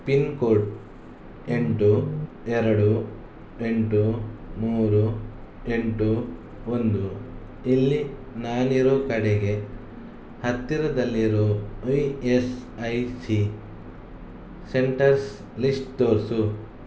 pin code ಎಂಟು ಎರಡು ಎಂಟು ಮೂರು ಎಂಟು ಒಂದು ಇಲ್ಲಿ ನಾನಿರೋ ಕಡೆಗೆ ಹತ್ತಿರದಲ್ಲಿರೋ E S I C centres list ತೋರಿಸು